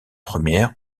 première